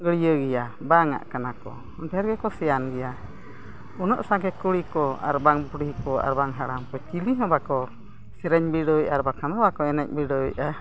ᱜᱟᱹᱲᱭᱟᱹ ᱜᱮᱭᱟ ᱵᱟᱝ ᱟᱜ ᱠᱟᱱᱟ ᱠᱚ ᱰᱷᱮᱹᱨ ᱜᱮᱠᱚ ᱥᱮᱭᱟᱱ ᱜᱮᱭᱟ ᱩᱱᱟᱹᱜ ᱥᱟᱸᱜᱮ ᱠᱩᱲᱤ ᱠᱚ ᱟᱨ ᱵᱟᱝ ᱵᱩᱲᱦᱤ ᱠᱚ ᱟᱨ ᱵᱟᱝ ᱦᱟᱲᱟᱢ ᱠᱚ ᱪᱤᱞᱤ ᱦᱚᱸ ᱵᱟᱠᱚ ᱥᱮᱨᱮᱧ ᱵᱤᱰᱟᱹᱭᱮᱜᱼᱟ ᱟᱨ ᱵᱟᱠᱷᱟᱱ ᱵᱟᱠᱚ ᱮᱱᱮᱡ ᱵᱤᱰᱟᱹᱣᱮᱜᱼᱟ